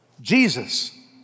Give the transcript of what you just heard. Jesus